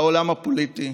בעולם הפוליטי,